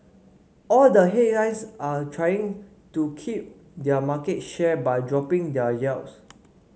all the are trying to keep their market share by dropping their yields